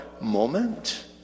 moment